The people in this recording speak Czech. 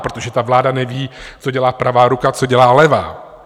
Protože ta vláda neví, co dělá pravá ruka, co dělá levá.